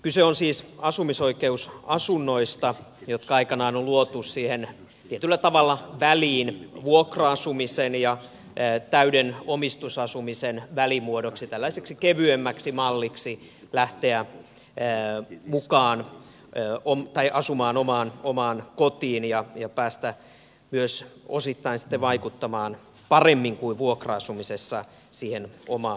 kyse on siis asumisoikeusasunnoista jotka aikanaan on luotu vuokra asumisen ja täyden omistusasumisen välimuodoksi kevyemmäksi malliksi lähteä asumaan omaan kotiin ja päästä myös vaikuttamaan osittain paremmin kuin vuokra asumisessa omaan asumisympäristöönsä